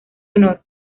honor